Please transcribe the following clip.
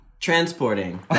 Transporting